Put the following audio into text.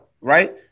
right